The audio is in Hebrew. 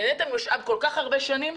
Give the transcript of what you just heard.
נהנית ממשאב כל כך הרבה שנים,